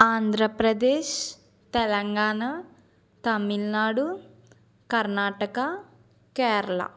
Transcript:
Andhra Pradesh Telangana Tamil Nadu Karnataka Kerala